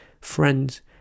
Friends